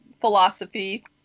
philosophy